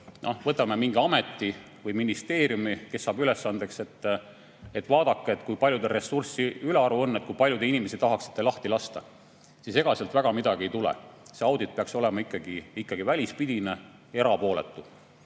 võtame mingi ameti või ministeeriumi, kes saab ülesandeks vaadata, kui paljul neil ressurssi ülearu on ja kui palju inimesi nad tahaks lahti lasta, siis ega sealt väga midagi ei tule. See audit peaks olema ikkagi välispidine, erapooletu.